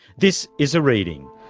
this is a reading.